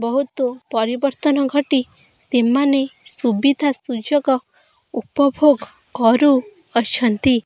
ବହୁତ ପରିବର୍ତ୍ତନ ଘଟି ସେମାନେ ସୁବିଧା ସୁଯୋଗ ଉପଭୋଗ କରୁଅଛନ୍ତି